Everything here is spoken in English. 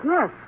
Yes